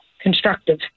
constructive